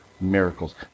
miracles